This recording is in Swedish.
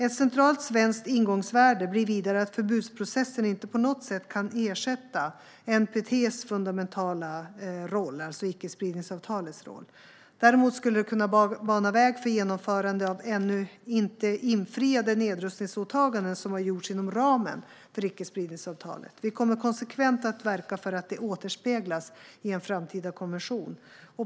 Ett centralt svenskt ingångsvärde blir vidare att förbudsprocessen inte på något sätt kan ersätta NPT:s, icke-spridningsavtalets, fundamentala roll. Däremot skulle det kunna bana väg för genomförande av ännu inte infriade nedrustningsåtaganden som har gjorts inom ramen för icke-spridningsavtalet. Vi kommer konsekvent att verka för att detta återspeglas i en framtida konvention.